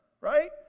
right